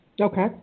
Okay